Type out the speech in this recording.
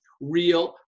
real